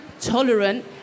tolerant